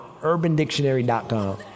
UrbanDictionary.com